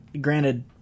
granted